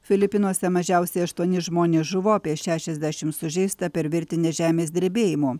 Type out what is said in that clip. filipinuose mažiausiai aštuoni žmonės žuvo apie šešiasdešimt sužeista per virtinę žemės drebėjimų